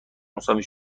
مساوی